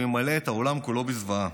הוא ימלא את העולם כולו בזוועה,